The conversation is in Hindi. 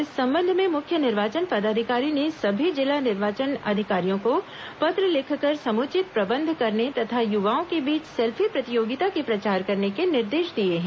इस संबंध में मुख्य निर्वाचन पदाधिकारी ने सभी जिला निर्वाचन अधिकारियों को पत्र लिखकर समुचित प्रबंध करने तथा युवाओं के बीच सेल्फी प्रतियोगिता के प्रचार करने के निर्देश दिए हैं